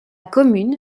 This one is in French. commune